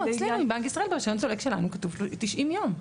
בנק ישראל, ברישיון סולק שלנו כתוב 90 ימים.